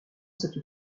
cette